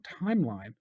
timeline